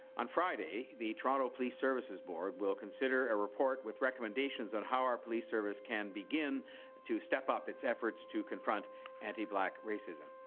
on friday, the toronto police services board will consider a report with recommendations on how our police service can begin to step up its efforts to confront anti black racism.